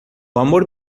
amor